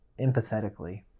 empathetically